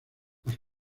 las